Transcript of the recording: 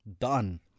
done